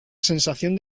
sensación